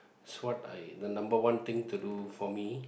is what I the number one thing to do for me